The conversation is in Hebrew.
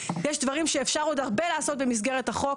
יש דברים שאפשר עוד הרבה לעשות במסגרת החוק,